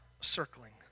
circling